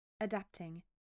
adapting